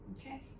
Okay